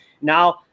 Now